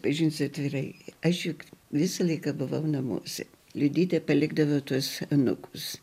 prisipažinsiu atvirai aš juk visą laiką buvau namuose liudytė palikdavo tuos anūkus